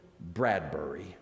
Bradbury